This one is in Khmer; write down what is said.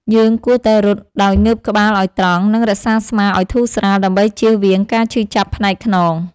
យើងគួរតែរត់ដោយងើបក្បាលឱ្យត្រង់ និងរក្សាស្មាឱ្យធូរស្រាល ដើម្បីជៀសវាងការឈឺចាប់ផ្នែកខ្នង។